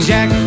Jack